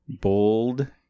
Bold